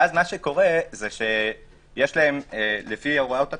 ואז יש להם לפי הוראות התקנות,